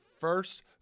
first